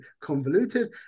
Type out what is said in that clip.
convoluted